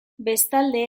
bestalde